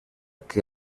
que